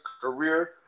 career